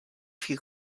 few